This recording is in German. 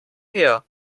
her